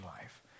life